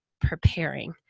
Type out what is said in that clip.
preparing